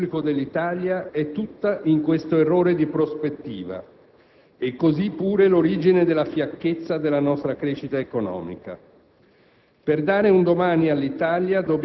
L'origine dell'immenso debito pubblico dell'Italia è tutta in questo errore di prospettiva. E così pure l'origine della fiacchezza della nostra crescita economica.